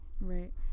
Right